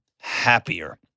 happier